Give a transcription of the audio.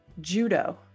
Judo